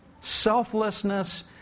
Selflessness